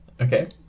okay